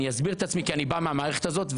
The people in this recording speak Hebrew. ואני אסביר את עצמי כי אני בא מהמערכת הזאת,